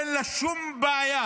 אין לה שום בעיה.